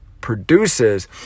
produces